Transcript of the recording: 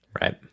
Right